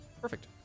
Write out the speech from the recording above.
Perfect